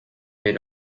bit